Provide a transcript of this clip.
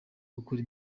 gukora